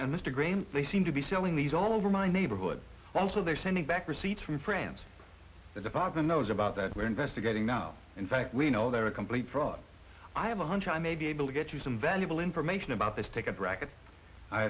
agreement they seem to be selling these all over my neighborhood also they're sending back receipts from france there's a father knows about that we're investigating now in fact we know they're a complete fraud i have a hunch i may be able to get you some valuable information about this take a bracket